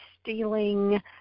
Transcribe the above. stealing